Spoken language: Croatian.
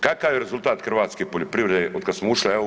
Kakav je rezultat hrvatske poljoprivrede od kada smo ušli u EU?